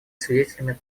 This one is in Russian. свидетелями